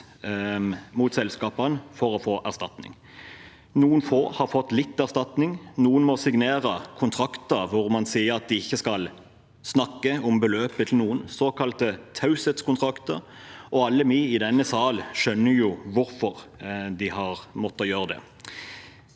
mot selskapene for å få erstatning. Noen få har fått litt erstatning. Noen må signere kontrakter hvor man sier at de ikke skal snakke om beløpet til noen, såkalte taushetskontrakter, og alle vi i denne sal skjønner jo hvorfor de har måttet gjøre det.